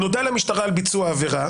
נודע למשטרה על ביצוע עבירה,